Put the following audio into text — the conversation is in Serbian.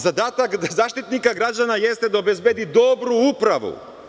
Zadatak Zaštitnika građana jeste da obezbedi dobru upravu.